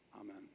amen